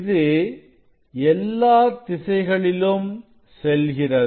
இது எல்லா திசைகளிலும் செல்கிறது